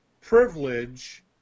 privilege